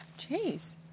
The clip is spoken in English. Jeez